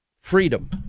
Freedom